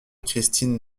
christine